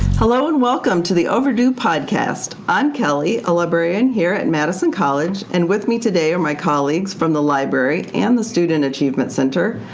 hello and welcome to the overdue podcast. i'm kelley, a librarian here at madison college, and with me today are my colleagues from the library and the student achievement center,